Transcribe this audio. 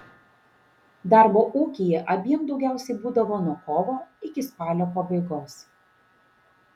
darbo ūkyje abiem daugiausiai būdavo nuo kovo iki spalio pabaigos